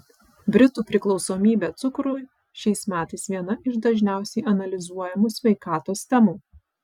britų priklausomybė cukrui šiais metais viena iš dažniausiai analizuojamų sveikatos temų